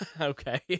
Okay